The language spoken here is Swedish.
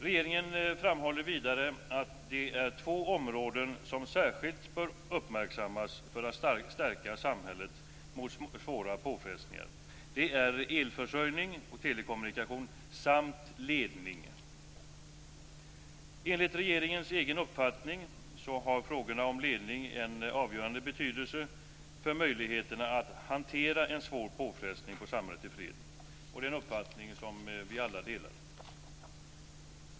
Regeringen framhåller vidare att det är två områden som särskilt bör uppmärksammas för att stärka samhället mot svåra påfrestningar. Det ena gäller elförsörjning och telekommunikation och det andra gäller ledning. Enligt regeringens egen uppfattning har frågorna om ledning en avgörande betydelse för möjligheterna att hantera en svår påfrestning på samhället i fred. Det är en uppfattning som vi alla delar.